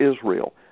Israel